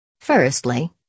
Firstly